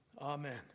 Amen